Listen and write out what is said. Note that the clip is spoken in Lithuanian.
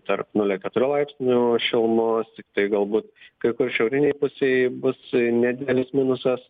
tarp nulio keturių laipsnių šilumos tiktai galbūt kai kur šiaurinėj pusėj bus nedidelis minusas